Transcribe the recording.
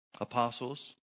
Apostles